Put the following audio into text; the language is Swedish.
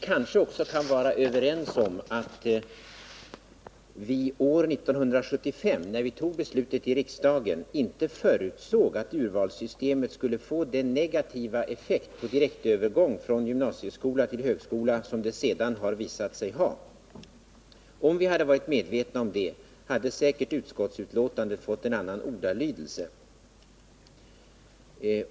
Kanske kan vi också vara överens om att vi år 1975 — när vi fattade beslutet i riksdagen — inte förutsåg att urvalssystemet skulle få den negativa effekt på direktövergång från gymnasieskola till högskola som det sedan visat sig ha. Om vi hade varit medvetna om det, hade utskottsbetänkandet säkert fått en annan ordalydelse.